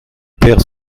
père